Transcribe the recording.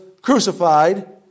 crucified